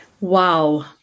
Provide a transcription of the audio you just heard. Wow